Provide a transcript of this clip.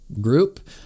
group